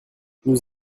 nous